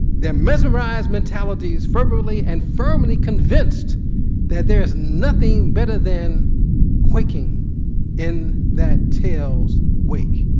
they're mesmerized mentalities fervently and firmly convinced that there is nothing better than quaking in that tails wake.